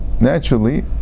naturally